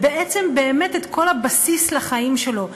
ואת כל הבסיס לחיים שלו,